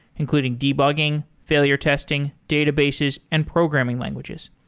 including debugging, failure testing, databases and programming languages.